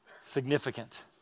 significant